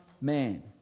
man